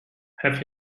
have